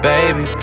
Baby